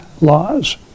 laws